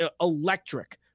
electric